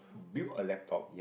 build a laptop